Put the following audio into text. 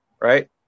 right